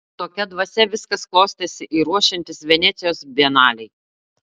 tokia dvasia viskas klostėsi ir ruošiantis venecijos bienalei